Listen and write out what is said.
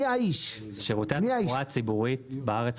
שירותי התחבורה הציבורית בארץ,